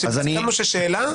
רק שסיכמנו ששאלה,